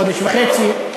חודש וחצי.